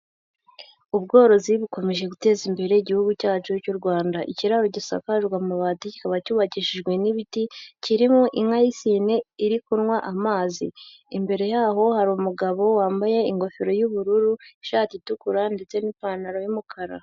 Ubworozi bukomeje guteza imbere igihugu cyacu cy'u Rwanda. Ikiraro gisakajwe amabati kikaba cyubakishijwe n'ibiti kirimo inka y'isine iri kunywa amazi. Imbere yaho hari umugabo wambaye ingofero y'ubururu, ishati itukura ndetse n'ipantaro y'umukara.